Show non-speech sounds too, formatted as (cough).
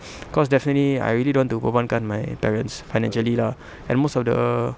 (breath) cause definitely I really don't want to bebankan my parents financially lah and most of the